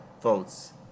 votes